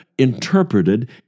interpreted